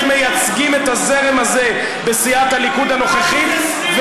מייצגים את הזרם הזה בסיעת הליכוד הנוכחית,